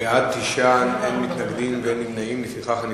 פיצויי פיטורים (תיקון מס' 25)